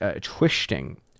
twisting